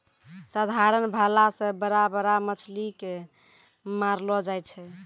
साधारण भाला से बड़ा बड़ा मछली के मारलो जाय छै